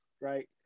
right